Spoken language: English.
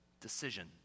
decision